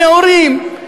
נאורים,